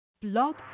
Blog